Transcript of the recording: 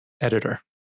Editor